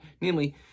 Namely